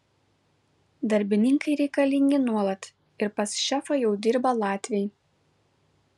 darbininkai reikalingi nuolat ir pas šefą jau dirba latviai